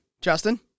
Justin